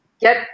get